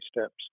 steps